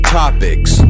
topics